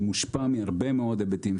שמושפע מהרבה מאוד היבטים.